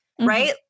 Right